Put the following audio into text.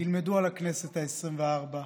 ילמדו על הכנסת העשרים-ושלוש.